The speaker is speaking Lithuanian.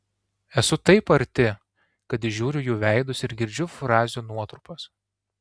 esu taip arti kad įžiūriu jų veidus ir girdžiu frazių nuotrupas